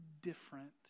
different